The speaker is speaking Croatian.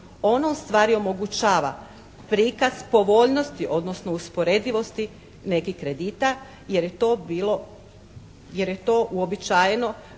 Ono ustvari omogućava prikaz povoljnosti odnosno usporedivosti nekih kredita jer je to bilo uobičajeno